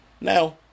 Now